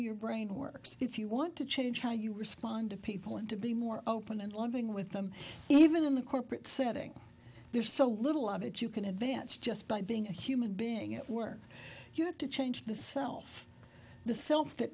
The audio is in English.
your brain works if you want to change how you respond to people and to be more open and loving with them even in the corporate setting there's so little of it you can advance just by being a human being at work you have to change the self the self that